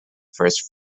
first